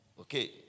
Okay